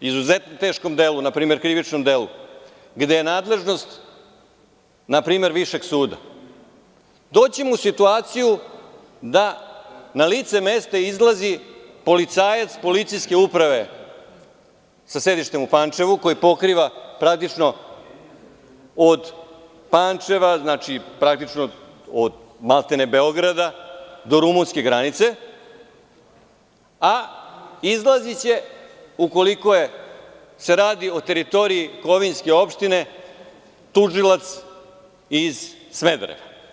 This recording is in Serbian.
izuzetno teškom delu, na primer, krivičnom delu, gde je nadležnost, na primer, višeg suda, doći ćemo u situaciju da na lice mesta izlazi policajac iz policijske uprava sa sedištem u Pančevu, koje pokriva Pančevo, maltene od Beograda, do rumunske granice, a izlaziće ukoliko se radi o teritorije kovinske opštine tužilac iz Smedereva.